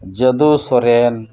ᱡᱟᱹᱫᱩ ᱥᱚᱨᱮᱱ